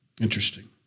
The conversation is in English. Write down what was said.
Interesting